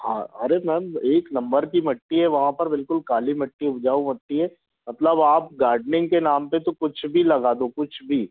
हाँ अरे मैम एक नंबर की मिट्टी है वहाँ पर बिल्कुल काली मिट्टी उपजाऊ मिट्टी है मतलब आप गार्डनिंग के नाम पर तो कुछ भी लगा दो कुछ भी